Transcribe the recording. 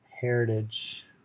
Heritage